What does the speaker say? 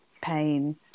pain